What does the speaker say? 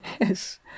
Yes